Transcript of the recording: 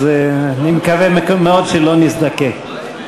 אז אני מקווה מאוד שלא נזדקק.